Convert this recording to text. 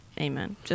Amen